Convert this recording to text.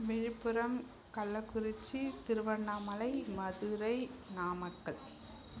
Villupuram Kallakurichi Tiruvannamalai Madurai Namakkal